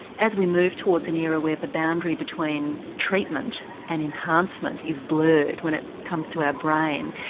as we move towards an era where the boundary between treatment and enhancement is blurred, when it comes to our brain,